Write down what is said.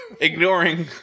ignoring